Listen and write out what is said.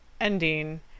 ending